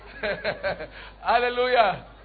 Hallelujah